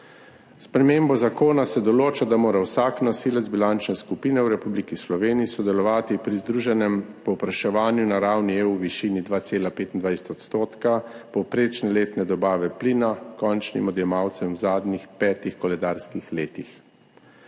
S spremembo zakona se določa, da mora vsak nosilec bilančne skupine v Republiki Sloveniji sodelovati pri združenem povpraševanju na ravni EU v višini 2,25 % povprečne letne dobave plina končnim odjemalcem v zadnjih petih koledarskih letih.